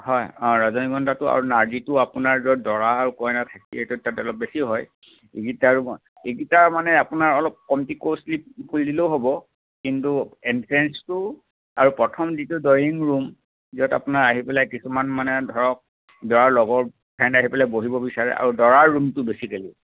হয় অঁ ৰজনীগন্ধাটো আৰু নাৰ্জীটো আপোনাৰ য'ত দৰা আৰু কইনা থাকে সেইটোৰ তাত অলপ বেছি হয় ইগিটা আৰু ইগিটা মানে আপোনাৰ অলপ কমতি কষ্টলি কৰি দিলেও হ'ব কিন্তু এন্ট্ৰেন্সটো আৰু প্ৰথম যিটো ড্ৰ'য়িং ৰুম য'ত আপোনাৰ আহি পেলাই কিছুমান মানে ধৰক দৰাৰ লগৰ ফ্ৰেইণ্ড আহি পেলাই বহিব বিচাৰে আৰু দৰাৰ ৰুমটো বেছিকেলি